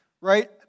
right